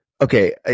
okay